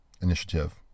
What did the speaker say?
initiative